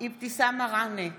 אבתיסאם מראענה,